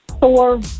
four